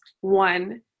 one